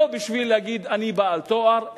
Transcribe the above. לא בשביל להגיד: אני בעל תואר,